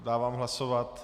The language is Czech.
Dávám hlasovat.